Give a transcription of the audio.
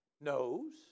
knows